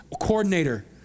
coordinator